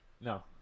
No